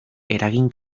eragin